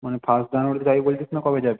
মানে ফার্স্ট জানুয়ারিতে যাবি বলছিস না কবে যাবি